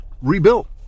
rebuilt